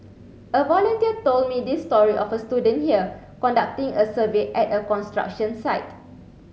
a volunteer told me this story of a student here conducting a survey at a construction site